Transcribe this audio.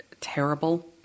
terrible